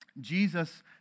Jesus